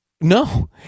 No